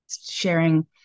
sharing